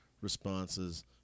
responses